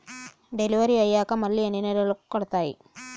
Delivery అయ్యాక మళ్ళీ ఎన్ని నెలలకి కడుతాయి?